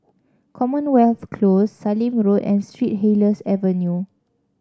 Commonwealth Close Sallim Road and Street Helier's Avenue